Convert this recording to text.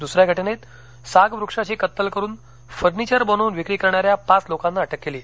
दुसऱ्या घटनेत साग वृक्षाची कत्तल करून फर्निचर बनवूंन विक्री करणारऱ्या पाच लोकांना अटक केली